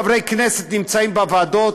חברי כנסת שנמצאים בוועדות,